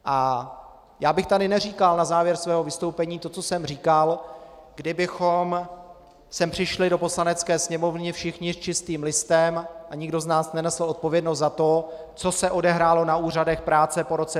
A já bych tady neříkal na závěr svého vystoupení to, co jsem říkal, kdybychom sem přišli, do Poslanecké sněmovny, všichni s čistým listem a nikdo z nás nenesl odpovědnost za to, co se odehrálo na úřadech práce po roce 2010.